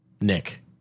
Nick